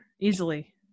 Easily